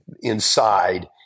inside